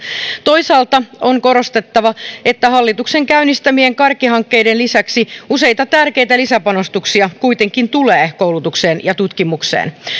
toisaalta on korostettava että hallituksen käynnistämien kärkihankkeiden lisäksi useita tärkeitä lisäpanostuksia kuitenkin tulee koulutukseen ja tutkimukseen